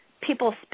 people